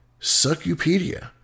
succupedia